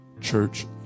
Church